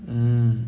mm